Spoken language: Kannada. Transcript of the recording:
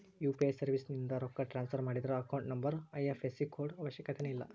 ಯು.ಪಿ.ಐ ಸರ್ವಿಸ್ಯಿಂದ ರೊಕ್ಕ ಟ್ರಾನ್ಸ್ಫರ್ ಮಾಡಿದ್ರ ಅಕೌಂಟ್ ನಂಬರ್ ಐ.ಎಫ್.ಎಸ್.ಸಿ ಕೋಡ್ ಅವಶ್ಯಕತೆನ ಇಲ್ಲ